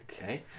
Okay